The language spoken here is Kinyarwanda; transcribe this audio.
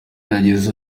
yagize